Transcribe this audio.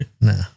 No